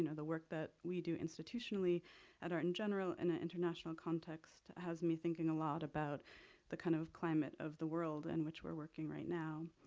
and the work that we do institutionally at art in general in an international context has me thinking a lot about the kind of climate of the world in which we're working right now.